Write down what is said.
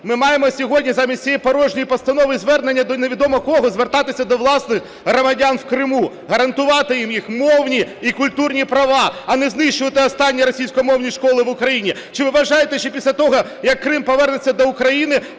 Ми маємо сьогодні, замість цієї порожньої постанови і звернення до невідомо кого, звертатися до власних громадян в Криму, гарантувати їм їх мовні і культурні права, а не знищувати останні російськомовні школи в Україні. Чи ви вважаєте, що після того, як Крим повернеться до України,